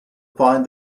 find